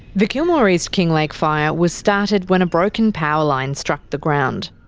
the kilmore east-kinglake fire was started when a broken power line struck the ground.